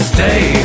Stay